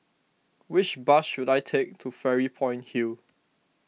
which bus should I take to Fairy Point Hill